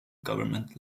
government